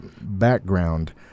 background